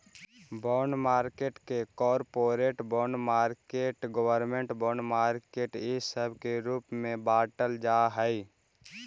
bond market के corporate bond market government bond market इ सब के रूप में बाटल जा हई